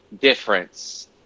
difference